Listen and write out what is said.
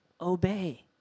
obey